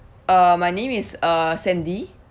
uh my name is uh sandy